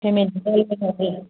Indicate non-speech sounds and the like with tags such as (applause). (unintelligible)